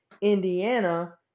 Indiana